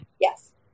Yes